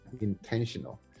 intentional